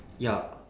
ya